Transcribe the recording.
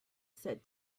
said